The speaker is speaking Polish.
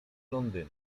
londynu